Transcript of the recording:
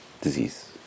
disease